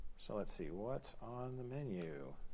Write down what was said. so let's see what's on the menu.